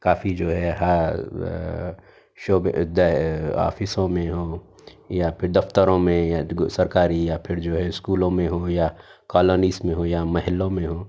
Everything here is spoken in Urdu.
کافی جو ہے آفسوں میں ہوں یا پھر دفتروں میں یا سرکاری یا پھر جو ہے اسکولوں میں ہو یا کالونیز میں ہو یا محلوں میں ہوں